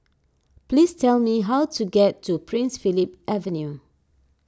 please tell me how to get to Prince Philip Avenue